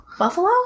Buffalo